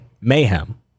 mayhem